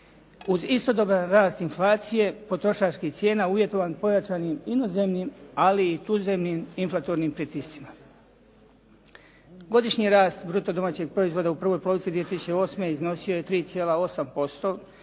uz istodoban rast inflacije, potrošačkih cijena uvjetovan pojačanim inozemnim, ali i tuzemnim infrakturnim pritiscima. Godišnji rast bruto domaćeg proizvoda u prvoj polovici 2008. iznosio je 3,8%